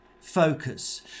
focus